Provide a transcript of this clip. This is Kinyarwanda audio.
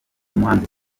umuhanzi